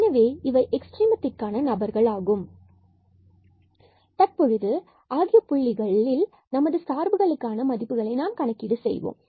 எனவே இவை எக்ஸ்ட்ரீமத்திற்கான நபர்கள் ஆகும் எனவே தற்பொழுது ±10 and 12±32 ல் நாம் சார்புகளுக்கான மதிப்புகளை கணக்கீடு செய்வோம்